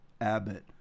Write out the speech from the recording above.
Abbott